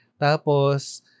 Tapos